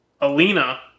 Alina